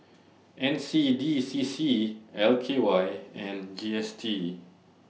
N C D C C L K Y and G S T